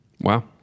Wow